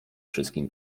wszystkim